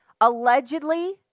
Allegedly